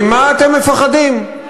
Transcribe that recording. סודות מדינה.